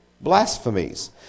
Blasphemies